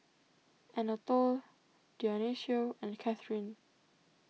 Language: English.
Anatole Dionicio and Cathrine